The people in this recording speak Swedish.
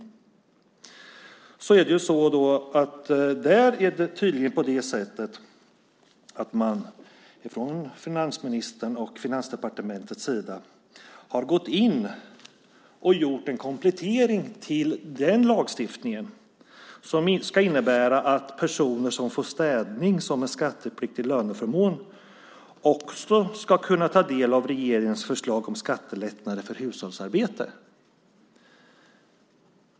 Där har man tydligen från finansministerns och Finansdepartementets sida gått in och gjort en komplettering till den lagstiftningen som ska innebära att personer som får städning som en skattepliktig löneförmån också ska kunna ta del av regeringens förslag om skattelättnader för hushållsarbete.